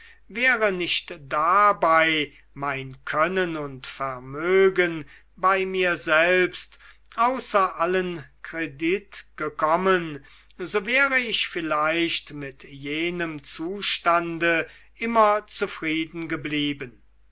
wäre nicht dabei mein können und vermögen bei mir selbst außer allen kredit gekommen so wäre ich vielleicht mit jenem zustande immer zufrieden geblieben